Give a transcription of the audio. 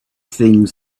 things